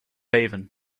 avon